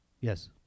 Yes